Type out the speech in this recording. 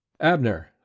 Abner